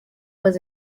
was